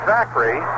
Zachary